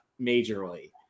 majorly